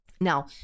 Now